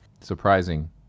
Surprising